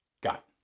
got